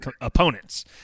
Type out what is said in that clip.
opponents